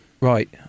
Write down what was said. Right